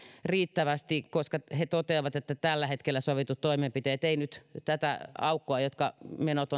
riittävästi he toteavat että tällä hetkellä sovitut toimenpiteet eivät ratkaise tätä aukkoa jonka menot